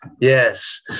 yes